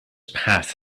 path